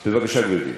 בבקשה, גברתי.